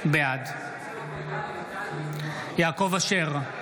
בעד יעקב אשר,